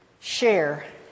Share